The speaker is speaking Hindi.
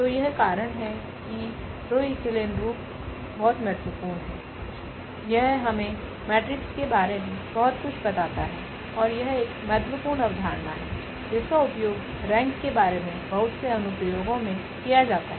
तो यह कारण है की रो ईकोलोन रूप बहुत महत्वपूर्ण है यह हमें मेट्रिक्स के बारे में बहुत कुछ बताता है और यह एक महत्वपूर्ण अवधारणा है जिसका उपयोग रेंक के बारे में बहुत से अनुप्रयोगों में किया जाता है